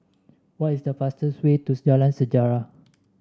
what is the fastest way to Jalan Sejarah